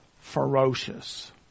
ferocious